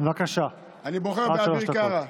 תבחר במישהו אחר.